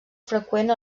freqüent